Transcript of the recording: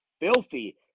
filthy